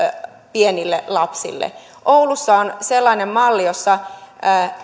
pienille lapsille oulussa on sellainen malli jossa